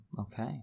Okay